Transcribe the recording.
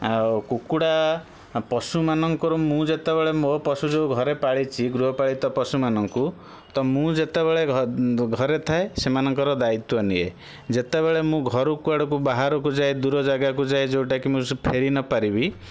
ଆଉ କୁକୁଡ଼ା ପଶୁମାନଙ୍କର ମୁଁ ଯେତେବେଳେ ମୋ ପଶୁକୁ ଘରେ ପାଳିଛି ଗୃହପାଳିତ ପଶୁମାନଙ୍କୁ ତ ମୁଁ ଯେତେବେଳେ ଘରେ ଥାଏ ସେମାନଙ୍କର ଦାୟିତ୍ୱ ନିଏ ଯେତେବେଳେ ମୁଁ ଘରୁ କୁଆଡ଼କୁ ବାହାରକୁ ଯାଏ ଦୂର ଜାଗାକୁ ଯାଏ ଯେଉଁଟା କି ମୁଁ ସ ଫେରି ନ ପାରିବି